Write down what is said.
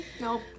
no